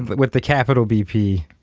but with the capital b p,